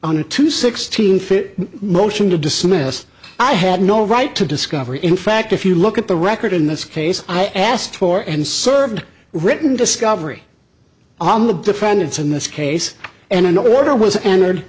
a two sixteenth it motion to dismiss i have no right to discovery in fact if you look at the record in this case i asked for and served written discovery on the defendants in this case and an order was entered